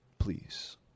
please